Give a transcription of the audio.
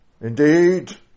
Indeed